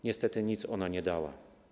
Niestety nic ona nie dała.